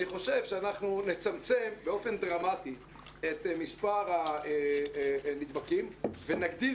אני חושב שאנחנו נצמצם באופן דרמטי את מספר הנדבקים ונגדיל